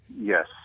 Yes